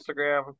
Instagram